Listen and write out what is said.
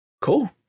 Cool